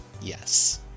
yes